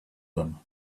them